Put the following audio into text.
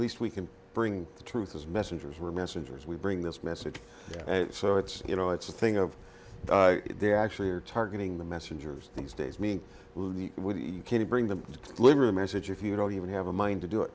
least we can bring the truth is messengers were messengers we bring this message so it's you know it's a thing of the actually are targeting the messengers these days me you can't bring the liberal message if you don't even have a mind to do it